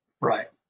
Right